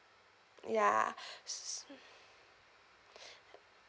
ya s~ mm